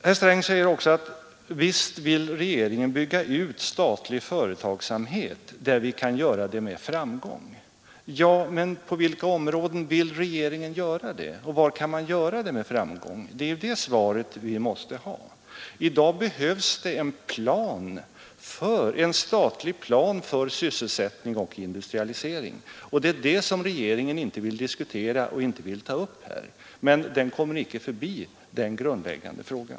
Herr Sträng säger också att regeringen visst vill bygga ut statlig verksamhet där det kan göras med framgång. Ja, men på vilka områden vill regeringen göra det, och var kan man göra det med framgång? Det är ett svar på detta som vi vill ha. I dag behövs det en statlig plan för sysselsättning och industrialisering, och det är det som regeringen inte vill ta upp här och inte vill diskutera. Men regeringen kommer inte förbi denna grundläggande fråga.